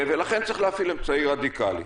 ולכן צריך להפעיל אמצעי רדיקלי,